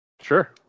sure